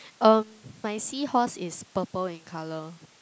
um my seahorse is purple in colour